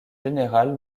général